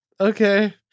okay